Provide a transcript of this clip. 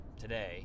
today